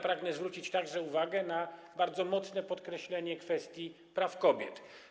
Pragnę zwrócić także uwagę na bardzo mocne podkreślenie kwestii praw kobiet.